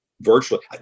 virtually